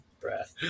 breath